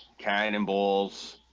cannon balls